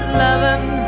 loving